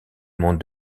monde